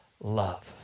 love